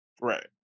Right